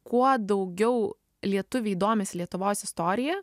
kuo daugiau lietuviai domisi lietuvos istorija